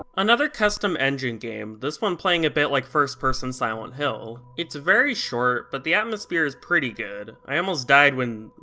another custom engine game, this one playing a bit like first person silent hill. it's very short, but the atmosphere is pretty good. i almost died when.